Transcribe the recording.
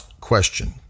question